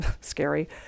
scary